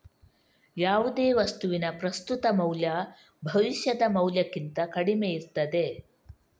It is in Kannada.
ಯಾವುದೇ ವಸ್ತುವಿನ ಪ್ರಸ್ತುತ ಮೌಲ್ಯ ಭವಿಷ್ಯದ ಮೌಲ್ಯಕ್ಕಿಂತ ಕಡಿಮೆ ಇರ್ತದೆ